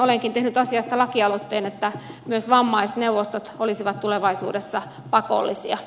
olenkin tehnyt asiasta lakialoitteen että myös vammaisneuvostot olisivat tulevaisuudessa pakollisia